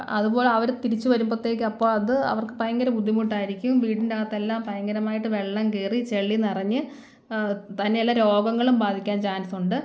അതുപോലെ അവർ തിരിച്ചുവരുമ്പത്തേക്കും അപ്പം അത് അവർക്ക് ഭയങ്കര ബുദ്ധിമുട്ടായിരിക്കും വീടിൻറ്റകത്തെല്ലാം ഭയങ്കരമായിട്ട് വെള്ളം കേറി ചെളി നിറഞ്ഞ് തന്നെയല്ല രോഗങ്ങളും ബാധിക്കാൻ ചാൻസുണ്ട്